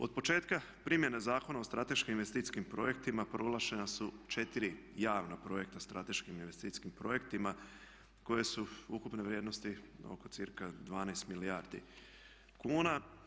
Od početka primjene Zakona o strateškim investicijskim projektima proglašena su 4 javna projekta strateškim investicijskim projektima koja su ukupne vrijednosti oko cca 12 milijardi kuna.